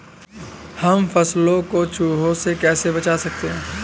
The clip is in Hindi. हम फसलों को चूहों से कैसे बचा सकते हैं?